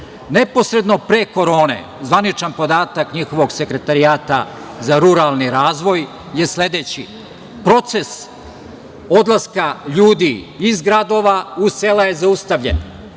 Neposredno pre korone, zvaničan podatak njihovog sekretarijata za ruralni razvoj je sledeći, proces odlaska ljudi iz gradova u sela je zaustavljen.